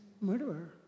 murderer